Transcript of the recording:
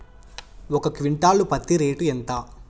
ఒక క్వింటాలు పత్తి రేటు ఎంత?